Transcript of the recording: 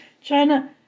China